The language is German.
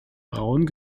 braun